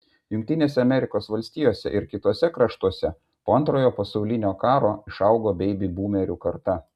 jungtinėse amerikos valstijose ir kituose kraštuose po antrojo pasaulinio karo išaugo beibi būmerių karta